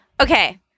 Okay